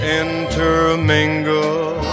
intermingle